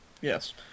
Yes